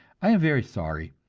i am very sorry,